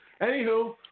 Anywho